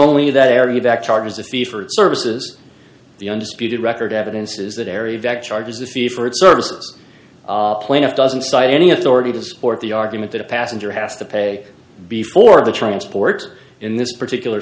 only that area that charges a fee for services the undisputed record evidence is that area that charges a fee for its services plaintiff doesn't cite any authority to support the argument that a passenger has to pay before the transport in this particular